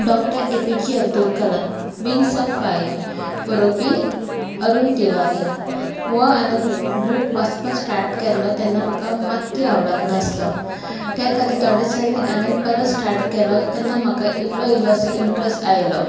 डाँ A P J Abdul Kalam wings of fire बरोवपी अरूण तिवारी हो हांवें बूक वाचपाक स्टार्ट केल्लो तेन्ना म्हाका मात्तूय आवडोंक नासलो ते खातीर थोड्या दिसांनी हांवें परत स्टार्ट केलो तेन्ना म्हाका इल्लो इल्लोसो इंट्रेस्ट आयलो